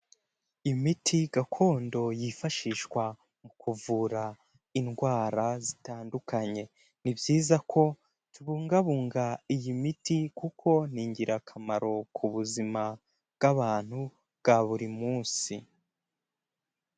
Imiti gakondo yifashishwa mu kuvura indwara zitandukanye, ni byiza ko tubungabunga iyi miti kuko ni ingirakamaro ku buzima bw'abantu bwa buri munsi.